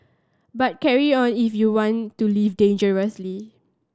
but carry on if you want to live dangerously